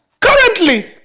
Currently